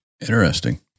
Interesting